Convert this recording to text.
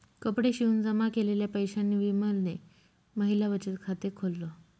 कपडे शिवून जमा केलेल्या पैशांनी विमलने महिला बचत खाते खोल्ल